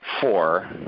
four